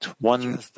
one